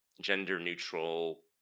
gender-neutral